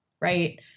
right